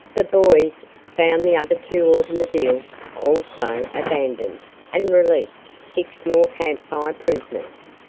the boys found the other two automobiles also abandoned and released six more camp fire prisoners.